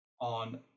on